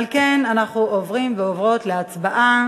על כן אנחנו עוברים ועוברות להצבעה